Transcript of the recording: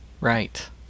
Right